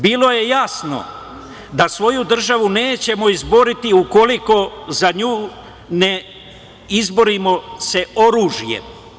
Bilo je jasno da svoju državu nećemo izboriti ukoliko za nju ne izborimo se oružjem.